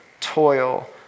toil